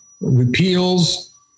repeals